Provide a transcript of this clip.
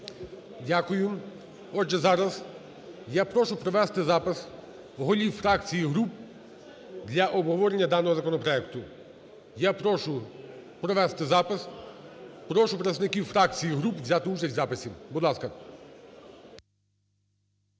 Дякую. Отже, зараз я прошу провести запис голів фракцій і груп для обговорення даного законопроекту. Я прошу провести запис, прошу представників фракцій і груп взяти участь в записі, будь ласка.